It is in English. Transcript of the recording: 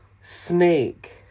Snake